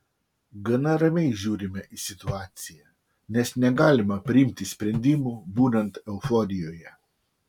gana ramiai žiūrime į situaciją nes negalima priimti sprendimų būnant euforijoje